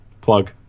Plug